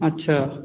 अच्छा